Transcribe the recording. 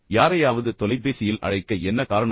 யாரையாவது தொலைபேசியில் அழைக்க என்ன காரணம்